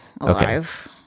alive